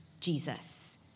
Jesus